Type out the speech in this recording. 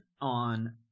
on